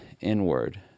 inward